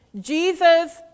Jesus